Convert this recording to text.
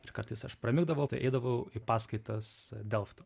ir kartais aš pramigdavau eidavau į paskaitas delfto